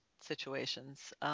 situations